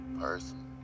person